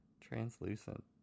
Translucent